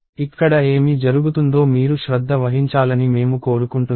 ఇక్కడ ఏమి జరుగుతుందో మీరు శ్రద్ధ వహించాలని మేము కోరుకుంటున్నాము